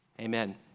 Amen